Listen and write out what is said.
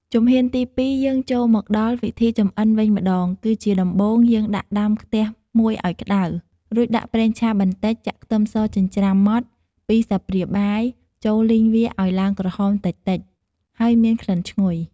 ជំហានទីពីរ យើងចូលមកដល់វិធីចម្អិនវិញម្តង គឺជាដំបូងយើងដាក់ដាំខ្ទះមួយឲ្យក្តៅ រួចដាក់ប្រេងឆាបន្តិច ចាក់ខ្ទឹមសចិញ្រ្ចាំម៉ដ្ឋ ២ស្លាបព្រាបាយចូលលីងវាឲ្យឡើងក្រហមតិចៗហើយមានក្លិនឈ្ងុយ។